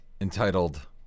entitled